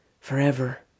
forever